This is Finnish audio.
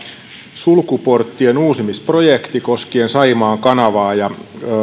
sulkuporttien uusimisprojekti koskien saimaan kanavaa ja